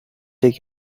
take